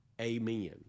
Amen